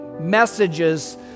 messages